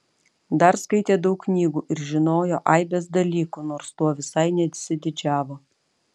dar skaitė daug knygų ir žinojo aibes dalykų nors tuo visai nesididžiavo